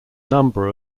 number